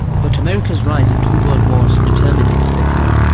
but america's rise and two world wars determined its decline.